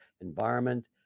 environment